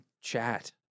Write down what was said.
chat